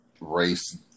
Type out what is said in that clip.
race